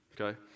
Okay